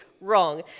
wrong